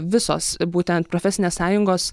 visos būtent profesinės sąjungos